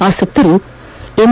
ಆಸಕ್ತರು ಎಂ